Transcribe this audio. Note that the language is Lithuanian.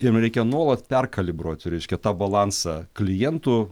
jiem reikia nuolat perkalibruoti reiškia tą balansą klientų